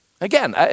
again